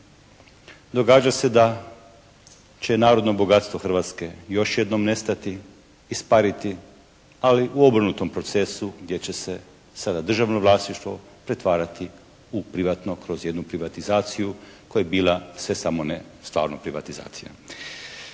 Događa se da će narodno bogatstvo Hrvatske još jednom nestati, ispariti, ali u obrnutom procesu gdje će se sada državno vlasništvo pretvarati u privatno kroz jednu privatizaciju koja je bila sve samo ne stvarno privatizacija.